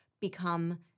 become